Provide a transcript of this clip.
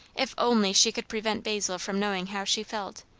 if only she could prevent basil from knowing how she felt,